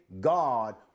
God